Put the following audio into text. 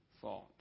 thought